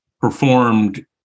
performed